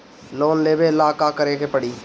Loan लेबे ला का करे के पड़ी?